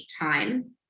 time